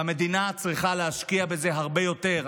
והמדינה צריכה להשקיע בזה הרבה יותר.